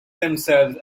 themselves